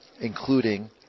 including